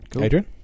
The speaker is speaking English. Adrian